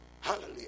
Hallelujah